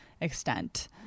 extent